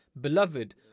beloved